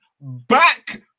back